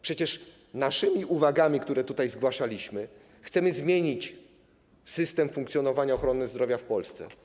Przecież naszymi uwagami, które tutaj zgłaszaliśmy, chcemy zmienić system funkcjonowania ochrony zdrowia w Polsce.